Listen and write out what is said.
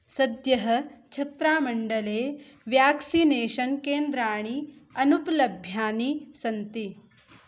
सद्यः छत्रामण्डले व्याक्सिनेषन् केन्द्राणि अनुपलभ्यानि सन्ति